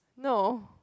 no